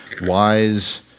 wise